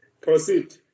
proceed